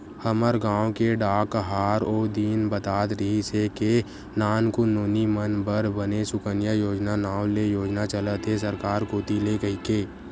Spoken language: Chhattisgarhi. हमर गांव के डाकहार ओ दिन बतात रिहिस हे के नानकुन नोनी मन बर बने सुकन्या योजना नांव ले योजना चलत हे सरकार कोती ले कहिके